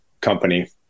company